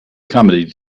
comedy